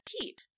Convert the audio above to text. keep